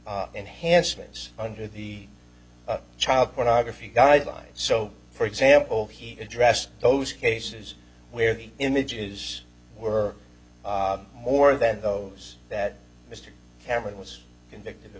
enhancements under the child pornography guidelines so for example he addressed those cases where the images were more than those that mr cameron was convicted